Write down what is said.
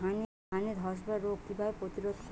ধানে ধ্বসা রোগ কিভাবে প্রতিরোধ করব?